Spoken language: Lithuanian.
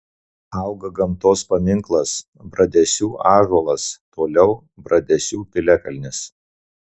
auga gamtos paminklas bradesių ąžuolas toliau bradesių piliakalnis